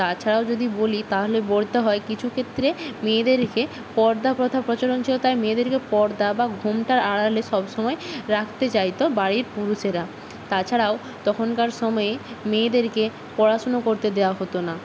তাছাড়াও যদি বলি তাহলে বলতে হয় কিছু ক্ষেত্রে মেয়েদেরকে পর্দা প্রথা প্রচলন ছিল তাই মেয়েদেরকে পর্দা বা ঘোমটার আড়ালে সবসময় রাখতে চাইত বাড়ির পুরুষেরা তাছাড়াও তখনকার সময়ে মেয়েদেরকে পড়াশোনা করতে দেওয়া হত না